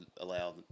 allow